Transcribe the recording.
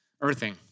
earthing